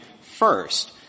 first